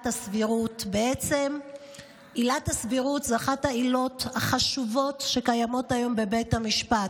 בעצם עילת הסבירות היא אחת העילות החשובות שקיימות היום בבית המשפט.